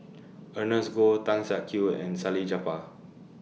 Ernest Goh Tan Siak Kew and Salleh Japar